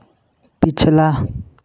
पिछला